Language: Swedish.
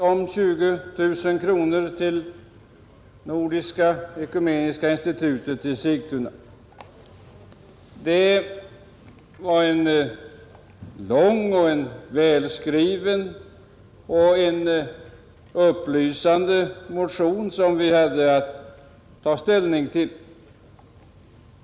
Fru talman! Utskottet har haft att behandla en motion, vari hemställs om ett anslag på 20 000 kronor till Nordiska ekumeniska institutet i Sigtuna. Det var en lång, välskriven och upplysande motion, som vi hade att ta ställning till.